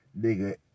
Nigga